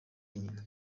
nyina